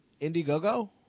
Indiegogo